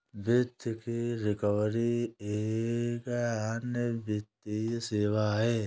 वित्त की रिकवरी एक अन्य वित्तीय सेवा है